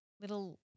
Little